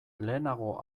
lehenago